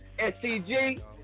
SCG